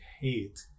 hate